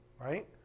right